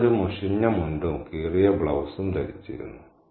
അവൾ ഒരു മുഷിഞ്ഞ മുണ്ടും കീറിയ ബ്ലൌസും ധരിച്ചിരുന്നു